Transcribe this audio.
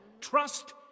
Trust